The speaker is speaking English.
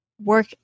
Work